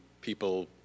people